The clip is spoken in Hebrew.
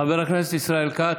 חבר הכנסת ישראל כץ,